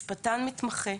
משפטן מתמחה,